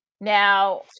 Now